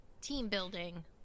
Team-building